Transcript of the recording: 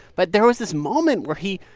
but there was this moment where he,